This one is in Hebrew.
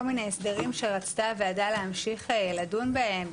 מיני הסדרים שרצתה הוועדה להמשיך לדון בהם,